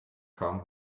kamen